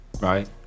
Right